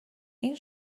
این